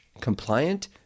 compliant